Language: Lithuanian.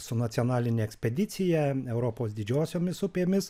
su nacionaline ekspedicija europos didžiosiomis upėmis